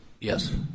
Yes